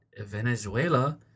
venezuela